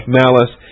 malice